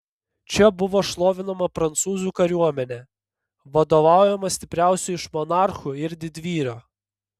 čia buvo šlovinama prancūzų kariuomenė vadovaujama stipriausio iš monarchų ir didvyrio